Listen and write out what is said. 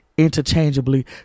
interchangeably